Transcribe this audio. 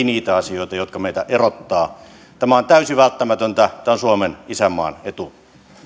niitä asioita jotka meitä erottavat tämä on täysin välttämätöntä tämä on suomen isänmaan etu